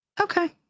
Okay